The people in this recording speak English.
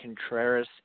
Contreras